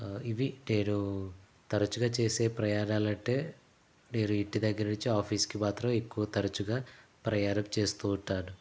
ఇవి నేను తరచుగా చేసే ప్రయాణాలంటే నేను ఇంటి దగ్గర నుంచి ఆఫీస్కి మాత్రమే ఎక్కువ తరచుగా ప్రయాణం చేస్తూ ఉంటాను